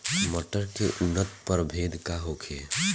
मटर के उन्नत प्रभेद का होखे?